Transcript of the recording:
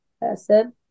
person